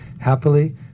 happily